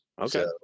Okay